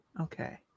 Okay